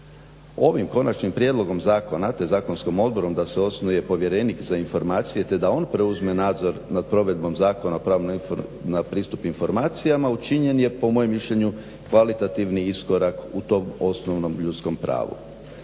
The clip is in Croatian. Ovim konačnim prijedlogom zakona te zakonskom … da se osnuje povjerenik za informacije te da on preuzme nadzor nad provedbom Zakon o pravu na pristup informacijama učinjen je po mojem mišljenju kvalitativni iskorak u tom osnovnom ljudskom pravu.